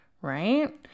right